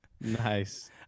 Nice